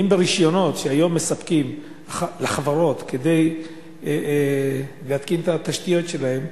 האם ברשיונות שהיום מספקים לחברות כדי להתקין את התשתיות שלהן,